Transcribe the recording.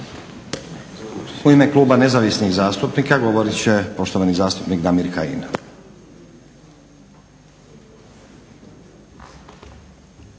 U ime Kluba nezavisnih zastupnika govorit će poštovani zastupnik Damir Kajin.